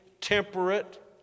temperate